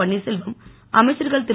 பன்னீர்செல்வம் அமைச்சர்கள் திரு